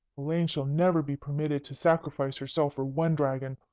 elaine shall never be permitted to sacrifice herself for one dragon,